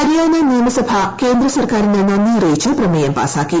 ഹരിയാന നിയമസഭ കേന്ദ്രസർക്കാരിന് നന്ദി അറിയിച്ച് പ്രമേയം പാസാക്കി